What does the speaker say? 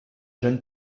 jeune